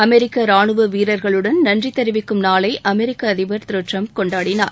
அமெரிக்க ராணுவ வீரர்களுடன் நன்றி தெரிவிக்கும் நாளை அமெரிக்க அதிபர் திரு ட்ரம்ப் கொண்டாடனார்